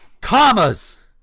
Commas